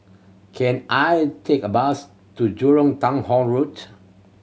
can I take a bus to Jurong Town Hall Road